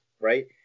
right